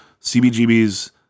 CBGBs